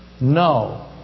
No